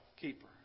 keeper